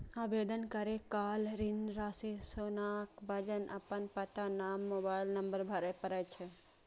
आवेदन करै काल ऋण राशि, सोनाक वजन, अपन पता, नाम, मोबाइल नंबर भरय पड़ै छै